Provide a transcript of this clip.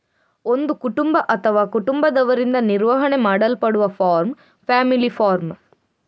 ಒಂದು ಕುಟುಂಬ ಅಥವಾ ಕುಟುಂಬದವರಿಂದ ನಿರ್ವಹಣೆ ಮಾಡಲ್ಪಡುವ ಫಾರ್ಮ್ ಫ್ಯಾಮಿಲಿ ಫಾರ್ಮ್